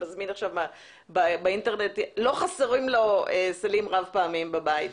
שמזמין עכשיו באינטרנט לא חסרים סלים רב פעמיים בבית.